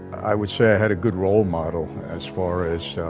i would say i had a good role model as far as